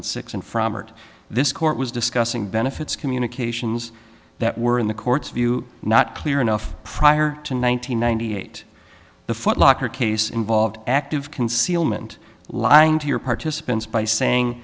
to this court was discussing benefits communications that were in the court's view not clear enough prior to nine hundred ninety eight the footlocker case involved active concealment lying to your participants by saying